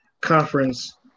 conference